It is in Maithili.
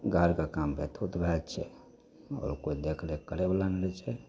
घरके काम बेथुत भए जाइत छै आओर केओ देखरेख करैबला नहि रहै छै